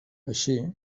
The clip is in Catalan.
així